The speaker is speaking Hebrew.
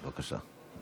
בבקשה.